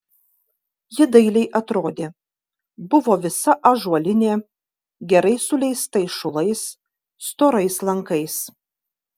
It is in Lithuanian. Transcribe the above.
ji dailiai atrodė buvo visa ąžuolinė gerai suleistais šulais storais lankais